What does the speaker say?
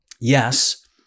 Yes